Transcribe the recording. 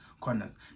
corners